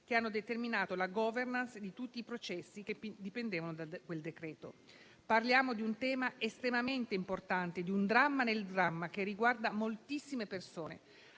che hanno determinato la *governance* di tutti i processi che dipendevano da quel decreto-legge. Parliamo di un tema estremamente importante, di un dramma nel dramma che riguarda moltissime persone.